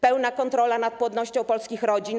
Pełna kontrola nad płodnością polskich rodzin.